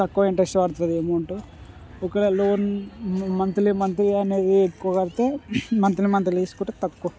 తక్కువ ఇంట్రెస్ట్ పడుతుంది అమౌంట్ ఒకవేళ లోన్ మంత్లీ మంత్లీ అనేది ఎక్కువ కడితే మంత్లీ మంత్లీ తీసుకుంటే తక్కువ